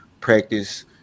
practice